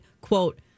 quote